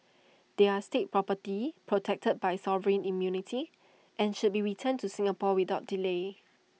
they are state property protected by sovereign immunity and should be returned to Singapore without delay